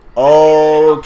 Okay